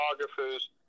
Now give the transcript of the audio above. photographers